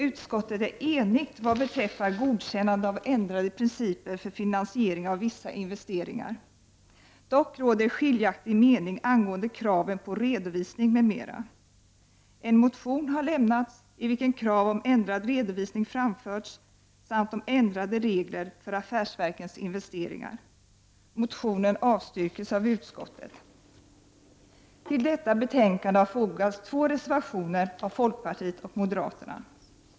Utskottet är enigt vad beträffar godkännande av ändrade principer för finansiering av vissa investeringar, dock råder skiljaktig mening angående kraven på redovisning m.m. En motion har avgetts, i vilken framförts krav på ändrad redovisning samt på ändrade regler för affärsverkens investeringar. Motionen avstyrks av utskottet. Till detta betänkande har fogats två reservationer av fp och m.